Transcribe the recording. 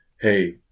Hey